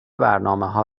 برنامهها